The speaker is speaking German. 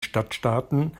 stadtstaaten